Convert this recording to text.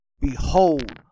Behold